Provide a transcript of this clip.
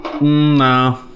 No